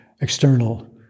external